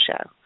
show